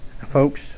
Folks